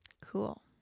Cool